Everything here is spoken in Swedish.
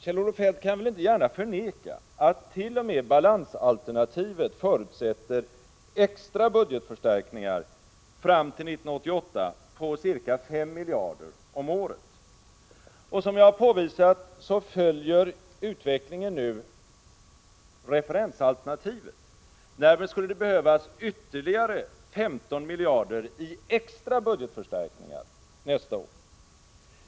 Kjell-Olof Feldt kan väl inte gärna förneka att t.o.m. balansalternativet förutsätter extra budgetförstärkningar fram till 1988 på ca 5 miljarder om året. Och som jag har påvisat följer utvecklingen nu referensalternativet. Därför skulle det behövas ytterligare 15 miljarder kronor i extra budgetförstärkningar nästa år.